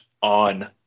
on